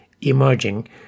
emerging